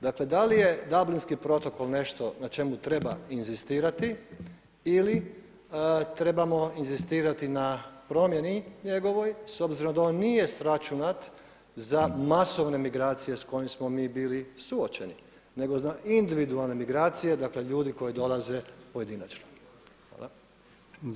Dakle, da li je Dublinski protokol nešto na čemu treba inzistirati ili trebamo inzistirati na promjeni njegovoj s obzirom da on nije sračunat za masovne migracije s kojim smo mi bili suočeni, nego za individualne migracije dakle ljudi koji dolaze pojedinačno?